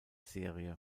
serie